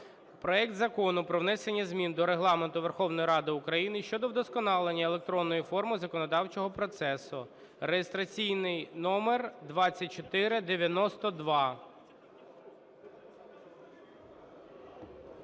проект Закону про внесення змін до Регламенту Верховної Ради України щодо вдосконалення електронної форми законодавчого процесу (реєстраційний номер 2492).